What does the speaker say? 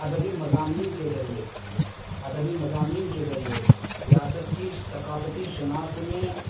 ادبی مضامین کے ذریعے ادبی مضامین کے ذریعے ریاست کی ثقافتی شناخت میں